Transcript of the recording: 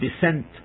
descent